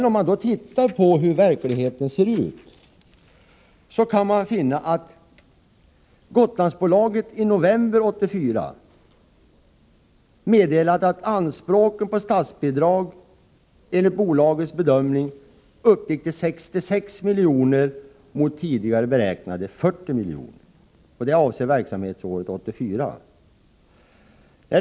Om man då ser till verkligheten kan man konstatera att Gotlandsbolaget i november 1984 meddelade att anspråken på statsbidrag enligt bolagets bedömning uppgick till 66 milj.kr. mot tidigare beräknade 40 milj.kr. för verksamhetsåret 1984.